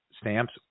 stamps